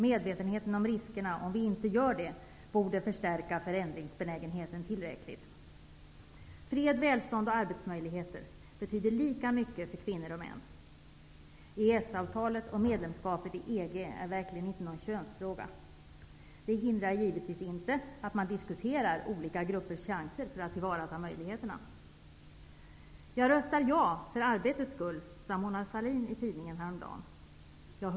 Medvetenheten om riskerna om vi inte går med borde förstärka förändringsbenägenheten tillräckligt. Fred, välstånd och arbetsmöjligheter betyder lika mycket för kvinnor och män. EES-avtalet och medlemskapet i EG är verkligen inte någon könsfråga. Detta faktum hindrar naturligvis inte att man diskuterar olika gruppers chanser för att tillvarata möjligheterna. Jag röstar ''ja'' för arbetets skull, stod det i tidningen häromdagen att Mona Sahlin sagt.